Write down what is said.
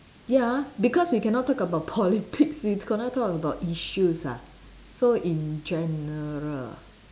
ya because we cannot talk about politics we cannot talk about issues ah so in general